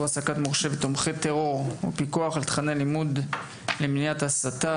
העסקת מורשעי ותומכי טרור ופיקוח על תכני הלימוד למניעת הסתה),